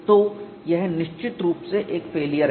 तो यह निश्चित रूप से एक फेलियर है